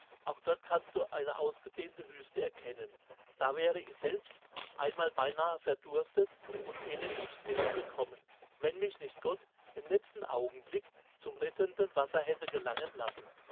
auch dort kannst du eine ausgedehnte wüste erkennen da wäre ich selbst einmal beinahe verdurstet und elend ums leben gekommen wenn mich nicht gott im letzten augenblick zum rettenden wasser hätte gelangen lassen